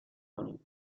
کنیم